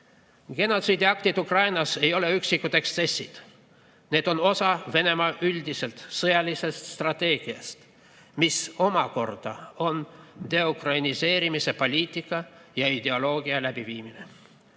Genotsiidiaktid Ukrainas ei ole üksikud eksessid. Need on osa Venemaa üldisest sõjalisest strateegiast, mis omakorda on deukrainiseerimise poliitika ja ideoloogia läbiviimine.